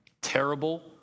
terrible